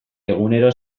egunero